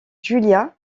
julia